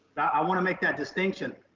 i want to make that distinction.